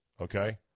Okay